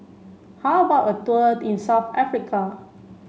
how about a tour in South Africa